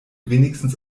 wenigstens